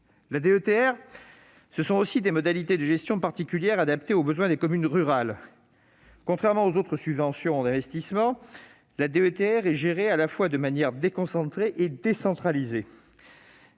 La DETR, ce sont aussi des modalités de gestion particulières, adaptées aux besoins des communes rurales. Contrairement aux autres subventions d'investissement, la DETR est gérée à la fois de manière déconcentrée et décentralisée.